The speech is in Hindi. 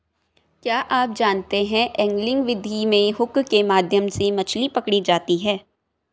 क्या आप जानते है एंगलिंग विधि में हुक के माध्यम से मछली पकड़ी जाती है